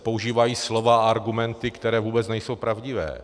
Používají se slova a argumenty, které vůbec nejsou pravdivé.